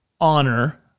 honor